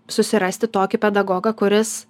susirasti tokį pedagogą kuris